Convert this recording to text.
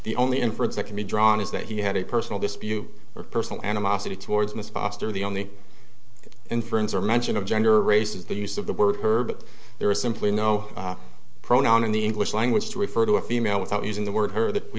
the only inference that can be drawn is that he had a personal dispute or personal animosity towards miss foster the only inference or mention of gender race is the use of the word herb there is simply no pronoun in the english language to refer to a female without using the word her that we